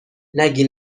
نگی